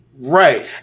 Right